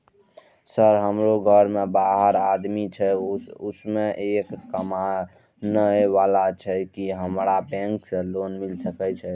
Sir हमरो घर में बारह आदमी छे उसमें एक कमाने वाला छे की हमरा बैंक से लोन मिल सके छे?